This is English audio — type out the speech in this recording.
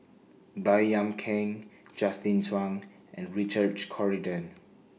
Baey Yam Keng Justin Zhuang and Richard Corridon